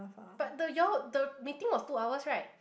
but the you all the meeting was two hours right